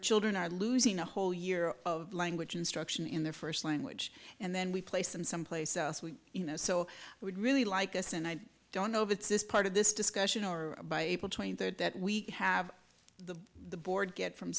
children are losing a whole year of language instruction in their first language and then we place them someplace else we you know so i would really like us and i don't know if it's this part of this discussion or by april twenty third that we have the board get from